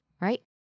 right